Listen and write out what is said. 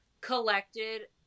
collected